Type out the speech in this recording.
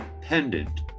pendant